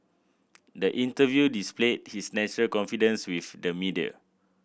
the interview displayed his natural confidence with the media